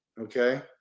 Okay